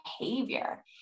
behavior